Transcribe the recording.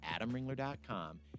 AdamRingler.com